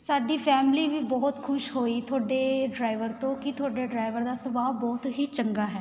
ਸਾਡੀ ਫੈਮਿਲੀ ਵੀ ਬਹੁਤ ਖੁਸ਼ ਹੋਈ ਤੁਹਾਡੇ ਡਰਾਈਵਰ ਤੋਂ ਕੀ ਤੁਹਾਡਾ ਡਰਾਈਵਰ ਦਾ ਸੁਭਾਅ ਬਹੁਤ ਹੀ ਚੰਗਾ ਹੈ